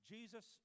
Jesus